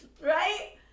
right